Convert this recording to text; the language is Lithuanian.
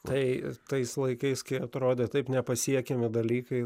tai tais laikais kai atrodė taip nepasiekiami dalykai